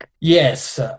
Yes